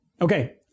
okay